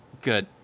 Good